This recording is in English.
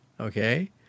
okay